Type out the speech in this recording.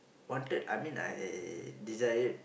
wanted I mean I desired